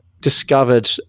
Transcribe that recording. discovered